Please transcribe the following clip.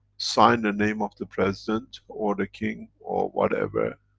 sign the name of the president or the king, or whatever,